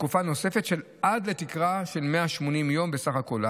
לתקופה נוספת עד לתקרה של 180 יום בסך הכול.